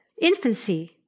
infancy